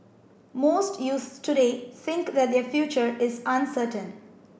most youths today think that their future is uncertain